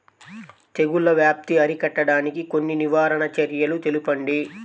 తెగుళ్ల వ్యాప్తి అరికట్టడానికి కొన్ని నివారణ చర్యలు తెలుపండి?